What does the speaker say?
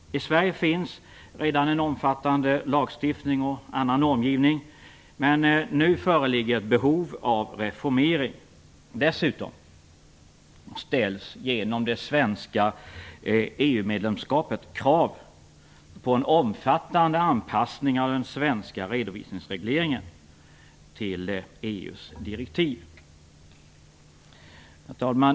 I Sverige finns redan en omfattande lagstiftning och annan normgivning. Men nu föreligger behov av reformering. Dessutom ställs genom det svenska EU medlemskapet krav på en omfattande anpassning av den svenska redovisningsregleringen till EU:s direktiv. Herr talman!